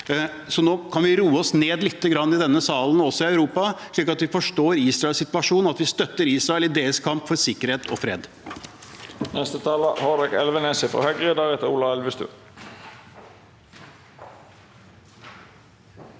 Nå kan vi roe oss ned lite grann i denne salen og også i Europa, slik at vi forstår Israels situasjon, og at vi støtter Israel i deres kamp for sikkerhet og fred.